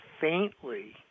faintly